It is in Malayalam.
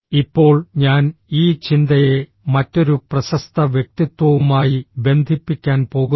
ഇപ്പോൾ ഞാൻ ഈ ചിന്തയെ മറ്റൊരു പ്രശസ്ത വ്യക്തിത്വവുമായി ബന്ധിപ്പിക്കാൻ പോകുന്നു